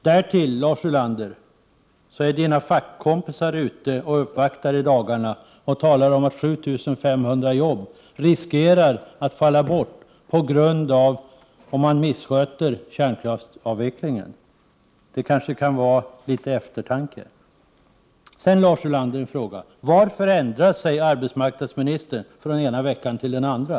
Därtill är Lars Ulanders fackkompisar i dagarna ute och uppvaktar och talar om att 7 500 jobb riskerar att falla bort om kärnkraftsavvecklingen missköts. Det kanske kan mana till eftertanke. Jag vill ställa en fråga till Lars Ulander: Varför ändrar sig arbetsmarknadsministern från den ena veckan till den andra?